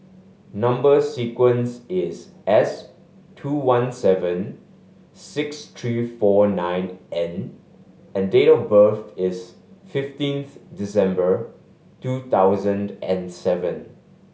number sequence is S two one seven six three four nine N and date of birth is fifteenth December two thousand and seven